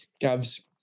gav's